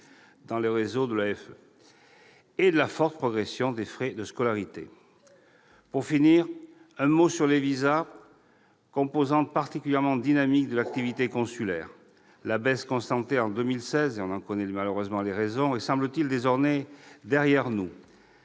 dans le réseau de l'AEFE et de la forte progression des frais de scolarité. Pour finir, un mot sur les visas, composante particulièrement dynamique de l'activité consulaire. La baisse constatée en 2016, dont on connaît hélas ! les raisons, est semble-t-il derrière nous.